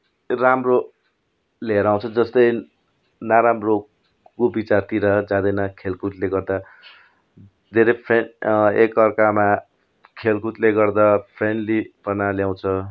राम्रो ल्याएर आउँछ जस्तै नराम्रो कुविचारतिर जाँदैन खेलकुदले गर्दा धेरै फ्रे एक अर्कामा खेलकुदले गर्दा फ्रेन्डलीपना ल्याउँछ